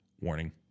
warning